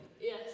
Yes